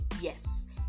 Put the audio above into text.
yes